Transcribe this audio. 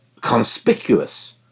conspicuous